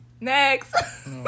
Next